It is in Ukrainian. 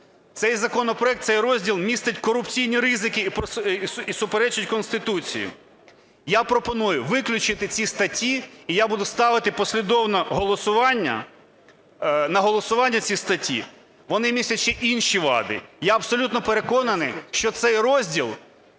цей законопроект, цей розділ містить корупційні ризики і суперечить Конституції. Я пропоную виключити ці статті, і я буду ставити послідовно на голосування ці статті. Вони містять ще інші вади, я абсолютно переконаний, що цей розділ